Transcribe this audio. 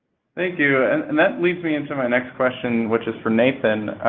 thank you. and that leads me into my next question, which is for nathan.